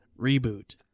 reboot